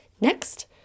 Next